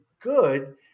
good